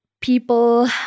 people